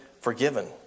forgiven